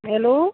hello